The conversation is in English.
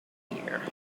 year